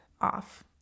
off